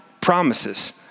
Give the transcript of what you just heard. promises